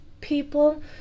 people